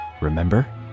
remember